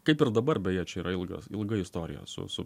kaip ir dabar beje čia yra ilga ilga istorija su su